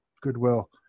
goodwill